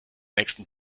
nächsten